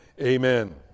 amen